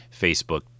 Facebook